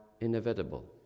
inevitable